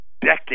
decade